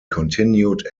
continued